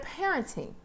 parenting